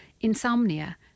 Insomnia